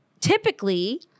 typically